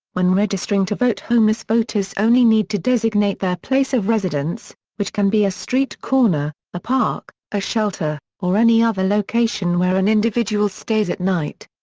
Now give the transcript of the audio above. when registering to vote homeless voters only need to designate their place of residence, which can be a street corner, a park, a shelter, or any other location where an individual stays at night.